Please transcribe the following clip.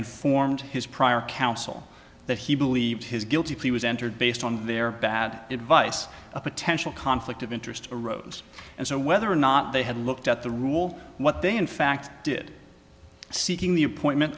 informed his prior counsel that he believed his guilty plea was entered based on their bad advice a potential conflict of interest arose and so whether or not they had looked at the rule what they in fact did seeking the appointment